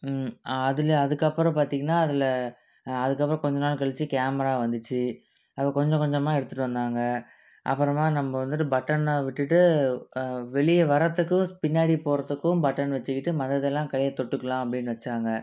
அதில் அதுக்கப்புறம் பார்த்திங்கனா அதில் அதுக்கப்பறம் கொஞ்ச நாள் கழிச்சி கேமரா வந்துச்சி அப்புறம் கொஞ்சம் கொஞ்சமா எடுத்துட்டு வந்தாங்க அப்புறமா நம்ம வந்துட்டு பட்டனை விட்டுட்டு வெளிய வர்றதுக்கும் பின்னாடி போகிறதுக்கும் பட்டன் வச்சிக்கிட்டு மத்ததெல்லாம் கையில் தொட்டுக்கலாம் அப்படினு வச்சாங்க